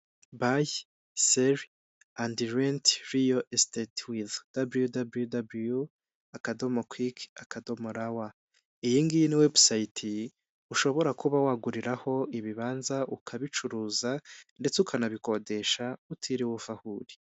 Bayi seri endi renti riyo esiteti wivu wa wa wa akadomo kwiki akadomo ra wa, iyi ngiyi ni website ushobora kuba waguriraho ibibanza ukabicuruza ndetse ukanabikodesha utiriwe uva aho uri.